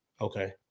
okay